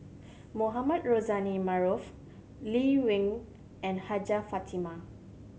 Mohamed Rozani Maarof Lee Wen and Hajjah Fatimah